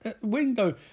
window